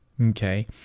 Okay